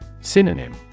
Synonym